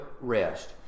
rest